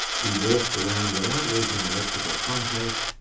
he walked around without losing electrical contact,